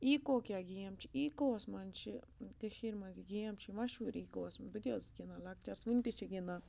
ایٖکو کیٛاہ گیم چھِ ایٖکووَس منٛز چھِ کٔشیٖرِ منٛز یہِ گیم چھِ مشہوٗر ایٖکووَس منٛز بہٕ تہِ ٲسٕس گِنٛدان لۄکچارَس وٕنہِ تہِ چھِ گِنٛدان